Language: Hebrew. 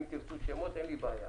ואם תרצו שמות, אין לי בעיה